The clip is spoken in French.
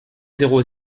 zéro